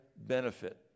benefit